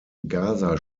gaza